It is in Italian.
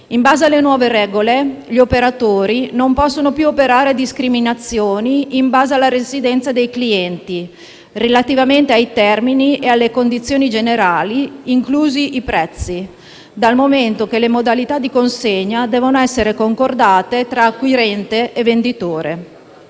In base alle nuove regole, gli operatori non possono più operare discriminazioni in base alla residenza dei clienti relativamente ai termini e alle condizioni generali, inclusi i prezzi, dal momento che le modalità di consegna devono essere concordate tra acquirente e venditore.